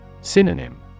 Synonym